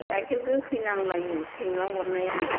गाइखेर गोखै नांलायो सैमा अरनाया